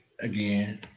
again